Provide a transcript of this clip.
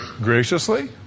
Graciously